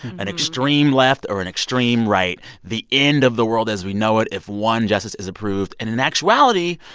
an extreme left or an extreme right, the end of the world as we know it if one justice is approved. and in actuality,